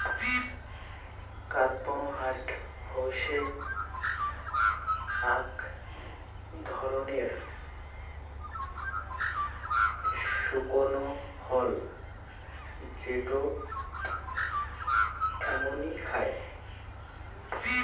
কাদপমহাট হসে আক ধরণের শুকনো ফল যেটো এমনি খায়